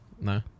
No